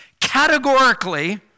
categorically